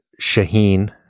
shaheen